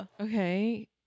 Okay